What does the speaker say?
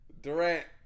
Durant